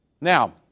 Now